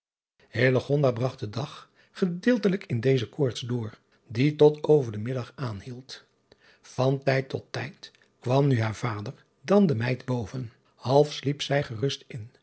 bragt den dag gedeeltelijk in deze koorts door die tot over den middag aanhield an tijd tot tijd kwam nu haar vader dan de meid boven alf sliep zij gerust in